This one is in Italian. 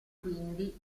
quindi